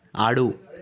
ఆడు